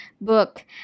book